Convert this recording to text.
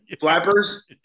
Flappers